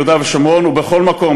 ביהודה ובשומרון ובכל מקום,